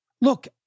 look